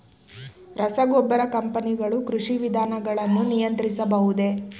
ರಸಗೊಬ್ಬರ ಕಂಪನಿಗಳು ಕೃಷಿ ವಿಧಾನಗಳನ್ನು ನಿಯಂತ್ರಿಸಬಹುದೇ?